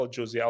Josie